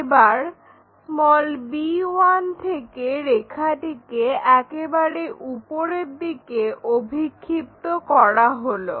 এবার b1 থেকে রেখাটিকে একেবারে উপরের দিকে অভিক্ষিপ্ত করা হলো